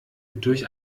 durch